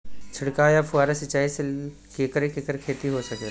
छिड़काव या फुहारा सिंचाई से केकर केकर खेती हो सकेला?